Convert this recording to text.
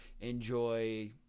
enjoy